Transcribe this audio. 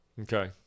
okay